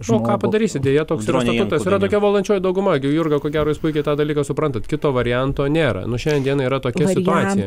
nu o ką padarysi deja toks yra statutas yra tokia valdančioji dauguma gi jurga ko gero jūs puikiai tą dalyką suprantat kito varianto nėra nuo šiandien dienai yra tokia situacija